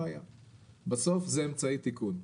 בסוף זה אמצעי תיקון.